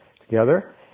together